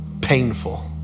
painful